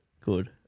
Good